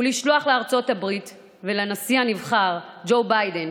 לשלוח לארצות הברית ולנשיא הנבחר ג'ו ביידן